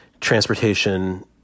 transportation